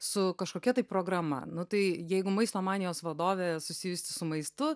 su kažkokia tai programa nu tai jeigu maisto manijos vadovė susijusi su maistu